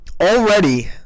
already